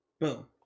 Boom